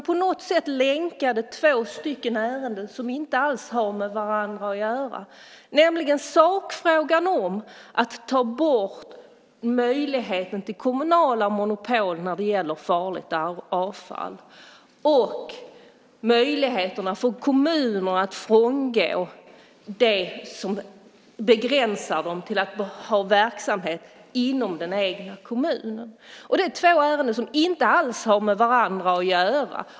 På något sätt länkande den två ärenden som inte alls har med varandra att göra, nämligen sakfrågan om att ta bort möjligheten till kommunala monopol när det gäller farligt avfall och möjligheterna för kommunerna att frångå det som begränsar dem till att ha verksamhet inom den egna kommunen. Det är två ärenden som inte alls har med varandra att göra.